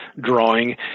drawing